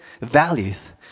values